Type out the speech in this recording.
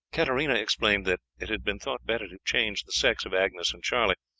katarina explained that it had been thought better to change the sex of agnes and charlie,